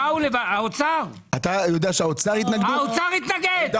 האוצר, התנגדו.